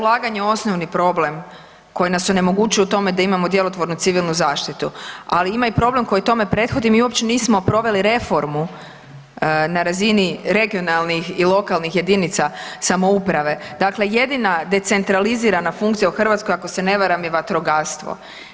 Slažem sa da je ulaganje osnovni problem koji nas onemogućuje u tome da imamo djelotvornu civilnu zaštitu, ali ima i problem koji tome prethodi, mi uopće nismo proveli reformu na razini regionalnih i lokalnih jedinica samouprave, dakle jedina decentralizirana funkcija u Hrvatskoj, ako se ne varam je vatrogastvo.